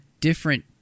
different